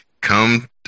Come